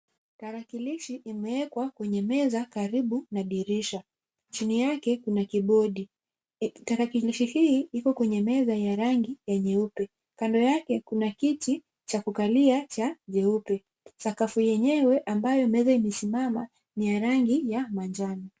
Tarakilishi imewekwa kwenye meza karibu na dirisha. Chini yake kuna kibodi. Tarakilishi hii iko kwenye meza ya rangi ya nyeupe. Kando yake kuna kiti cha kukalia cha nyeupe. Sakafu yenyewe ambayo meza imesimama ni ya rangi ya majani.